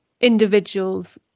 individuals